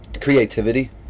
creativity